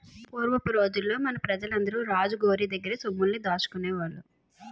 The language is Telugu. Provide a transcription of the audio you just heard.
పూరపు రోజుల్లో మన పెజలందరూ రాజు గోరి దగ్గర్నే సొమ్ముల్ని దాసుకునేవాళ్ళు